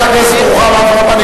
חברת הכנסת רוחמה אברהם,